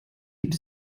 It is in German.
gibt